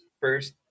First